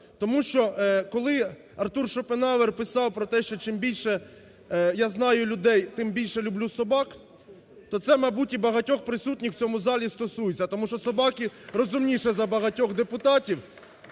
Тому що, коли Артур Шопенгауер писав про те, що "чим більше я знаю людей, тим більше люблю собак", то це, мабуть, і багатьох присутніх в цьому залі стосується, тому що собаки розумніше за багатьох депутатів,